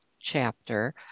chapter